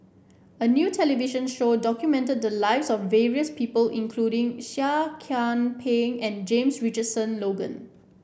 a new television show documented the lives of various people including Seah Kian Peng and James Richardson Logan